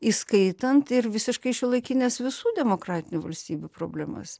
įskaitant ir visiškai šiuolaikines visų demokratinių valstybių problemas